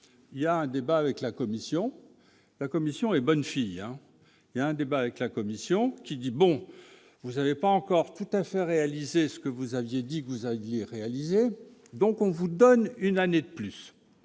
il y a un débat avec la Commission, la commission est bonne fille en il y a un débat avec la Commission, qui dit : bon, vous avez pas encore tout à fait réaliser ce que vous aviez dit que vous alliez réaliser donc on vous donne une année de plus,